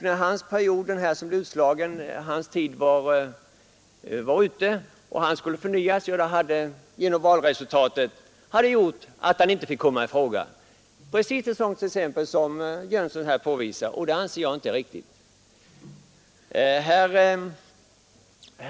När tiden var ute för den som blev utslagen och hans uppdrag skulle förnyas hade valresultatet gjort att han icke kunde komma i fråga. Det är precis ett sådant exempel som det herr Jönsson har gett i motionen — och jag anser att den metoden inte är riktig.